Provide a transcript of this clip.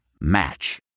match